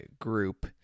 group